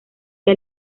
que